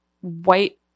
white